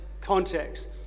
context